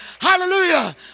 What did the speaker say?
Hallelujah